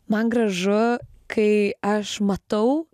man gražu kai aš matau